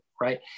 right